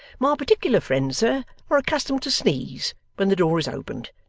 my particular friends, sir, are accustomed to sneeze when the door is opened,